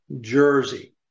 jersey